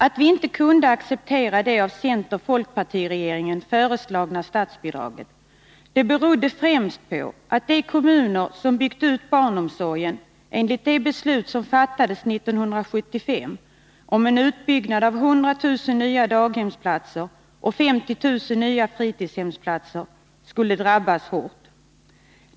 Att vi inte kan acceptera det av centern-folkparti-regeringen föreslagna statsbidraget berodde främst på att de kommuner som byggt ut barnomsorgen enligt det beslut som fattades 1975 om en utbyggnad av 100 000 nya daghemsplatser och 50 000 nya fritidshemsplatser skulle drabbas hårt.